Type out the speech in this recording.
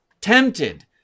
tempted